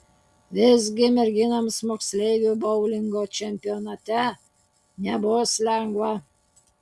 visgi merginoms moksleivių boulingo čempionate nebus lengva